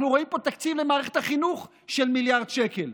אנחנו רואים פה תקציב למערכת החינוך של מיליארד שקל.